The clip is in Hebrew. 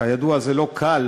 כידוע, זה לא קל